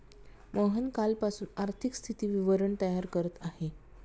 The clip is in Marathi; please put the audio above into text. मोहन कालपासून आर्थिक स्थिती विवरण तयार करत आहे